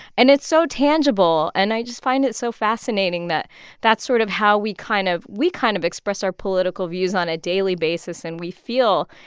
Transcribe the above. and it's so tangible and i just find it so fascinating that that's sort of how we kind of we kind of express our political views on a daily basis, and we feel,